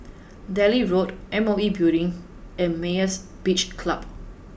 Delhi Road M O E Building and Myra's Beach Club